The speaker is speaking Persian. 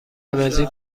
بنزین